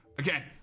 Okay